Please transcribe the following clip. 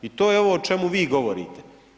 I to je ovo o čemu vi govorite.